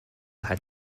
had